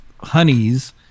honeys